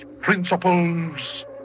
principles